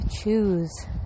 choose